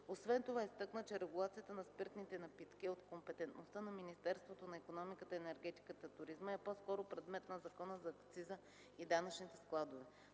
Освен това изтъкна, че регулацията на спиртните напитки е от компетентността на Министерството на икономиката, енергетиката и туризма и е по-скоро предмет на Закона за акцизите и данъчните складове.